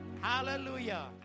Hallelujah